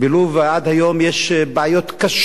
בלוב עד היום יש בעיות קשות מאוד.